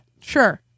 Sure